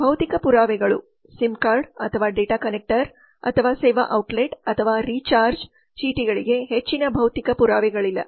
ಭೌತಿಕ ಪುರಾವೆಗಳು SIM card ಅಥವಾ ಡೇಟಾ ಕನೆಕ್ಟರ್ ಅಥವಾ ಸೇವಾ ಔಟ್ಲೆಟ್ ಅಥವಾ recharge card or the dataconnector or service outlet or recharge ಚೀಟಿಗಳಿಗೆ ಹೆಚ್ಚಿನ ಭೌತಿಕ ಪುರಾವೆಗಳಿಲ್ಲ